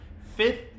fifth